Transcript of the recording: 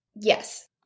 Yes